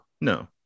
No